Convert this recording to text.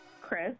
Chris